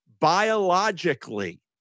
biologically